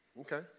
Okay